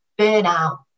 burnout